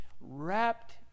wrapped